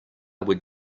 would